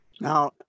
Now